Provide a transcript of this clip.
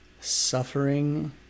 Suffering